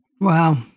wow